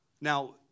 Now